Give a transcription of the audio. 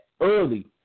early